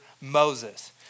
Moses